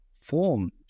form